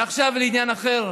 ועכשיו לעניין אחר.